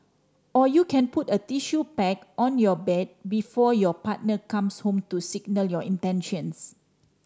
or you can put a tissue packet on your bed before your partner comes home to signal your intentions